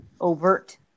overt